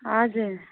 हजुर